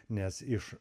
nes iš